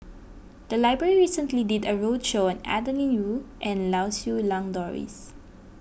the library recently did a roadshow on Adeline Ooi and Lau Siew Lang Doris